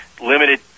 limited